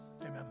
Amen